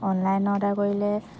online order কৰিলে